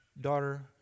daughter